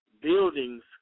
buildings